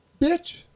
bitch